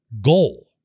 goal